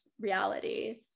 reality